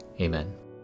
Amen